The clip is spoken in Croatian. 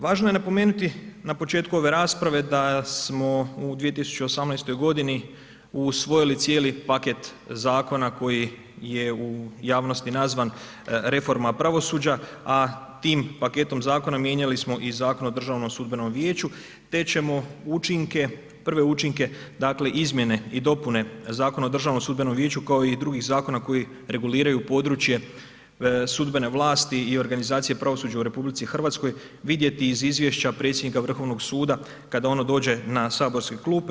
Važno je napomenuti na početku ove rasprave da smo u 2018. godini usvojili cijeli paket zakona koji je u javnosti nazvan reforma pravosuđa, a tim paketom zakona mijenjali smo i Zakon o Državnom sudbenom vijeću te ćemo učinke, prve učinke, dakle izmjene i dopune Zakona o Državnom sudbenom vijeću kao i drugih zakona koji reguliraju područje sudbene vlasti i organizacije pravosuđa u RH vidjeti iz izvješća predsjednika Vrhovnog suda kada ono dođe na saborske klupe.